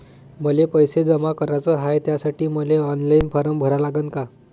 मले पैसे जमा कराच हाय, त्यासाठी मले ऑनलाईन फारम भरा लागन का?